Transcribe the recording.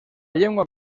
llengua